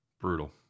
Brutal